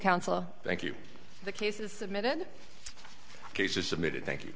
counsel thank you the case is submitted cases submitted thank you